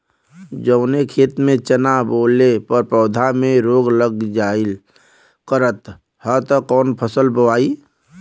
जवने खेत में चना बोअले पर पौधा में रोग लग जाईल करत ह त कवन फसल बोआई?